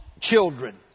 children